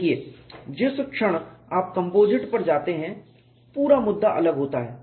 देखिए जिस क्षण आप कंपोजिट पर जाते हैं तो पूरा मुद्दा अलग होता है